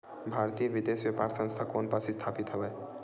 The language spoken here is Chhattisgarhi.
भारतीय विदेश व्यापार संस्था कोन पास स्थापित हवएं?